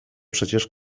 przecież